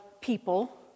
people